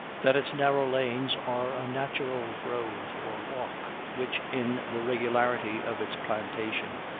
that its narrow lanes are a natural grove or walk, which, in the regularity of its plantation,